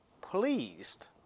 pleased